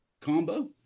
combo